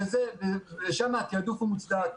ושם התיעדוף הוא מוצדק.